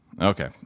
Okay